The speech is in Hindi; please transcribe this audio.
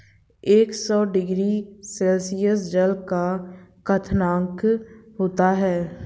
एक सौ डिग्री सेल्सियस जल का क्वथनांक होता है